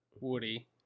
Woody